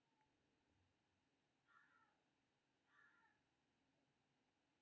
मासिक प्रीमियम भुगतान लेल पंद्रह दिन होइ छै